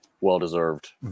well-deserved